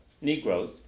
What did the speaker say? Negroes